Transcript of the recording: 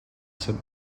some